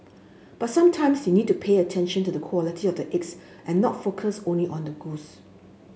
but sometimes you need to pay attention to the quality of the eggs and not focus only on the goose